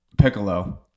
piccolo